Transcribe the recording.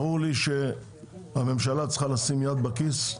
ברור לי שהממשלה צריכה לשים יד בכיס,